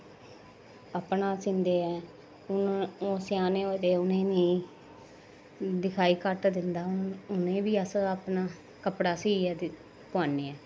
कपडा सींदे हून स्याने होऐ दे उ'नें गी नेईं दिखाई घट्ट दिंदा हून हून उ'नें गी बी अस अपना कपड़ा सिइयै पाने हां